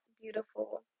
beautiful